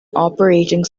operating